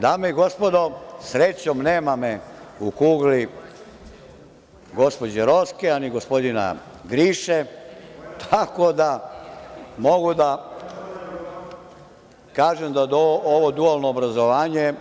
Dame i gospodo, srećom nema me u kugli gospođe Roske, a ni gospodina Gliše, tako da mogu da kažem da ovo dualno obrazovanje